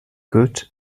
good